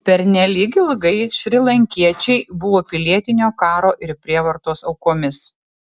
pernelyg ilgai šrilankiečiai buvo pilietinio karo ir prievartos aukomis